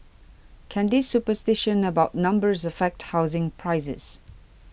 can this superstition about numbers affect housing prices